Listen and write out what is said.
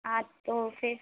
ہاں تو پھر